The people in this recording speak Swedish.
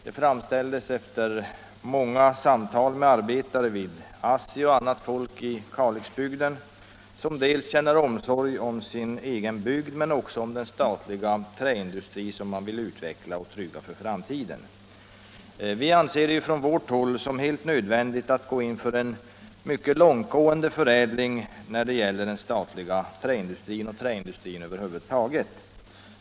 De framställdes efter många samtal med arbetare vid ASSI och med annat folk i Kalixbygden som känner omsorg om sin egen bygd men också om den statliga träindustri som man vill utveckla och trygga för framtiden. Vi anser från vårt håll att det är helt nödvändigt att gå in för en mycket långtgående förädling när det gäller den statliga träindustrin — och träindustrin över huvud taget.